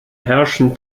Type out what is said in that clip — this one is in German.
herrschen